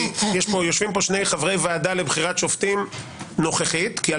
יושבים פה שני חברי ועדה לבחירת שופטים נוכחית כי,